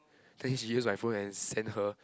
think she use my phone and send her